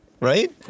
right